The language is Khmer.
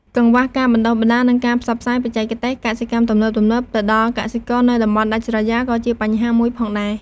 កង្វះការបណ្ដុះបណ្ដាល និងការផ្សព្វផ្សាយបច្ចេកទេសកសិកម្មទំនើបៗទៅដល់កសិករនៅតំបន់ដាច់ស្រយាលក៏ជាបញ្ហាមួយផងដែរ។